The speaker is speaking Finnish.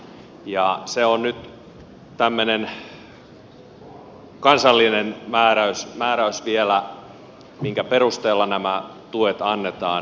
se on nyt tämmöinen kansallinen määräys vielä minkä perusteella nämä tuet annetaan